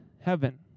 heaven